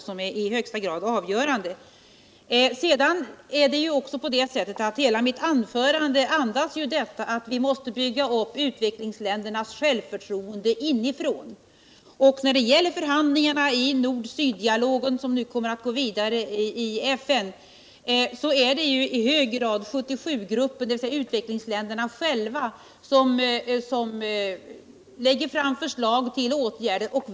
Hela mitt anförande präglades av andan att vi måste bygga upp utvecklingsländernas självförtroende inifrån. När det gäller förhandlingarna i nordsyddialogen, som nu går vidare i FN, är det i hög grad 77-gruppen, dvs. utvecklingsländerna själva, som lägger fram förslag till åtgärder.